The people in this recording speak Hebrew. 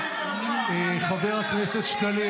נגמר הסיפור שלך --- על אפכם ועל חמתכם.